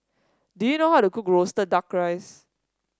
do you know how to cook roasted duck rice